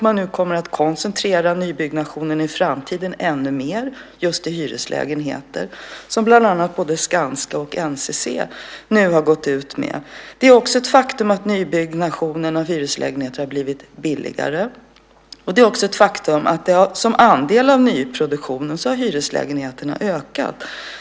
Man kommer nu att koncentrera nybyggnationen i framtiden ännu mer just på hyreslägenheter, som nu bland annat både Skanska och NCC gått ut med. Det är ett faktum att nybyggnationen av hyreslägenheter har blivit billigare. Det är också ett faktum att hyreslägenheterna har ökat som andel av nyproduktionen.